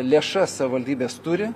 lėšas savivaldybės turi